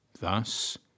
Thus